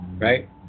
Right